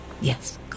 Yes